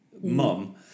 mum